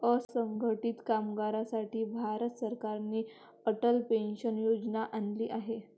असंघटित कामगारांसाठी भारत सरकारने अटल पेन्शन योजना आणली आहे